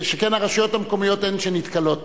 שכן הרשויות המקומיות הן שנתקלות,